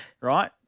right